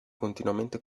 continuamente